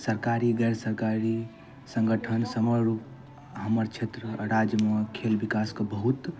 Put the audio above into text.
सरकारी गैर सरकारी सङ्गठन समग्र हमर छेत्र राज्यमे खेल विकासकऽ बहुत